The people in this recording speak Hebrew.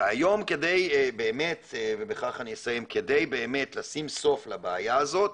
והיום כדי באמת לשים סוף לבעיה הזאת